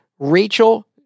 Rachel